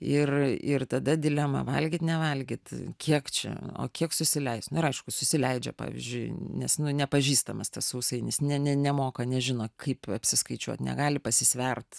ir ir tada dilemą valgyt nevalgyt kiek čia o kiek susileist na ir aišku susileidžia pavyzdžiui nes nu nepažįstamas tas sausainis ne ne nemoka nežino kaip apsiskaičiuoti negali pasisvert